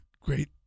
great